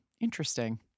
Interesting